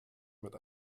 mit